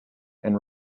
and